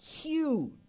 huge